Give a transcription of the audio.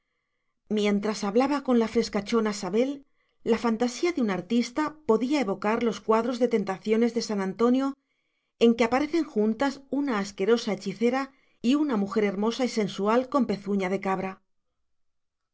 mientras hablaba con la frescachona sabel la fantasía de un artista podía evocar los cuadros de tentaciones de san antonio en que aparecen juntas una asquerosa hechicera y una mujer hermosa y sensual con pezuña de cabra